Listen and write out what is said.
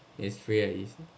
it's free and easy